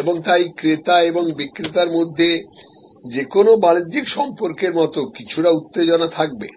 এবং তাই ক্রেতা এবং বিক্রেতার মধ্যে যে কোনও বাণিজ্যিক সম্পর্কের মতো কিছুটা উত্তেজনা থাকবে